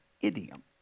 idiom